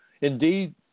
Indeed